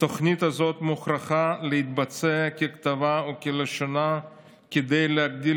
התוכנית הזאת מוכרחה להתבצע ככתבה וכלשונה כדי להגדיל